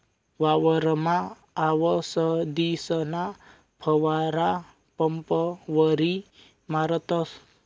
वावरमा आवसदीसना फवारा पंपवरी मारतस